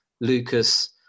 Lucas